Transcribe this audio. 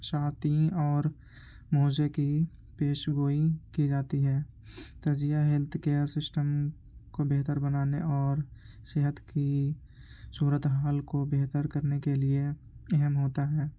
چھاتی اور موزے کی پیش گوئی کی جاتی ہے تجزیہ ہیلتھ کیئر سسٹم کو بہتر بنانے اور صحت کی صورت حال کو بہتر کرنے کے لیے اہم ہوتا ہے